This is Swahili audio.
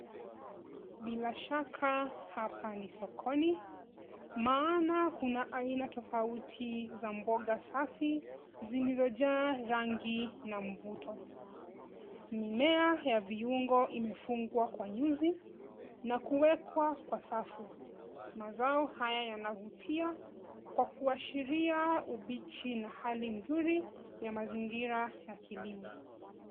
Bila shaka hapa ni sokoni, maana kuna aina tofauti za mboga safi, zilizojaa rangi na mvuto. Mimea ya viungo imefungwa kwa nyuzi na kuwekwa kwa safu. Mazao haya yanavutia kwa kuashiria ubichi na hali nzuri ya mazingira ya kilimo.